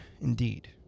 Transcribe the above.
indeed